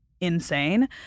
insane